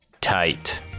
tight